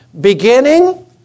beginning